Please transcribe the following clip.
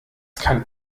kann